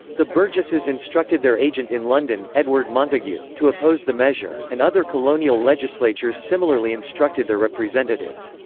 the burgesses instructed their agent in london, edward montague, to oppose the measure, and other colonial legislatures similarly instructed their representatives.